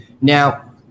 Now